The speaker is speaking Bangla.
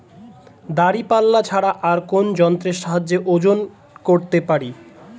দাঁড়িপাল্লা ছাড়া আর কোন যন্ত্রের সাহায্যে ওজন করতে পারি?